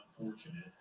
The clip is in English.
unfortunate